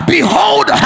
Behold